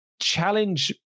challenge